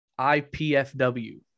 IPFW